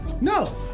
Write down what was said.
no